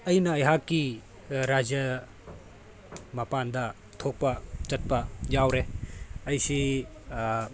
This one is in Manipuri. ꯑꯩꯅ ꯑꯩꯍꯥꯛꯀꯤ ꯔꯥꯖ꯭ꯌꯥ ꯃꯄꯥꯟꯗ ꯊꯣꯛꯄ ꯆꯠꯄ ꯌꯥꯎꯔꯦ ꯑꯩꯁꯤ